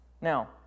Now